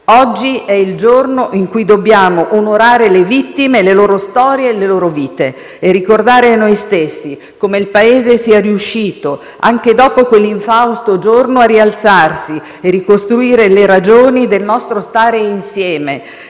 Oggi è il giorno in cui dobbiamo onorare le vittime, le loro storie e le loro vite e ricordare a noi stessi come il Paese sia riuscito, anche dopo quell'infausto giorno, a rialzarsi e a ricostruire le ragioni del nostro stare insieme,